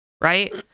right